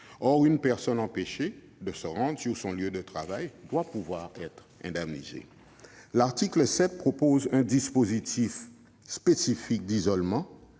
Or une personne empêchée de se rendre sur son lieu de travail doit pouvoir être indemnisée ! L'article 7 instaure un dispositif spécifique d'isolement